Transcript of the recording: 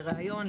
לראיון,